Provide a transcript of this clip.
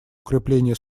укрепление